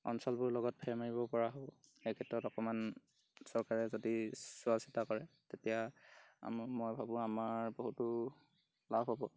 অঞ্চলবোৰৰ লগত ফেৰ মাৰিব পৰা এই ক্ষেত্ৰত অকণমান চৰকাৰে যদি চোৱা চিতা কৰে তেতিয়া আমাৰ মই ভাবোঁ আমাৰ বহুতো লাভ হ'ব